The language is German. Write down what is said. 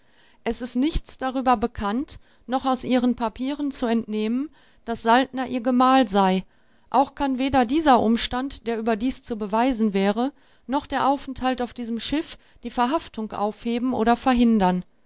es ist nichts darüber bekannt noch aus ihren papieren zu entnehmen daß saltner ihr gemahl sei auch kann weder dieser umstand der überdies zu beweisen wäre noch der aufenthalt auf diesem schiff die verhaftung aufheben oder verhindern